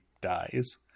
dies